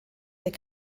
der